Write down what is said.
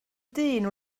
dyn